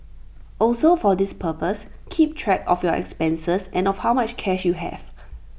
also for this purpose keep track of your expenses and of how much cash you have